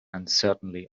uncertainly